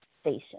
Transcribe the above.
station